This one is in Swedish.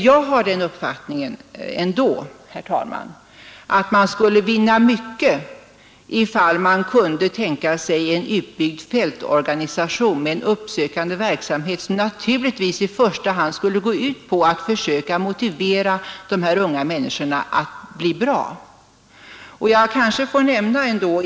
Jag har den uppfattningen, herr talman, att man skulle vinna mycket, ifall man kunde tänka sig en utbyggd fältorganisation med en uppsökande verksamhet, som naturligtvis i första hand skulle gå ut på att försöka motivera de unga narkomanerna att komma ur missbruket.